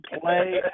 play